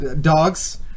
Dogs